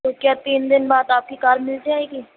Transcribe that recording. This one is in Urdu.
تو کیا تین دِن بعد آپ کی کار مِل جائے گی